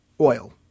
oil